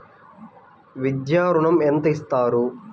విద్యా ఋణం ఎంత ఇస్తారు?